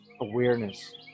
awareness